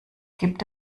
gibt